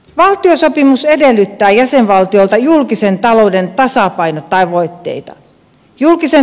valtiosopimus edellyttää jäsenvaltioilta julkisen talouden tasapainotavoitteita